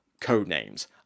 codenames